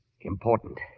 important